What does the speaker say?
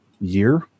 year